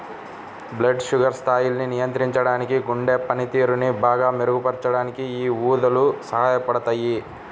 blood sugar స్థాయిల్ని నియంత్రించడానికి, గుండె పనితీరుని బాగా మెరుగుపరచడానికి యీ ఊదలు సహాయపడతయ్యి